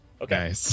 Okay